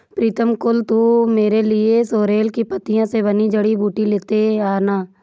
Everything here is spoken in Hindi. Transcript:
प्रीतम कल तू मेरे लिए सोरेल की पत्तियों से बनी जड़ी बूटी लेते आना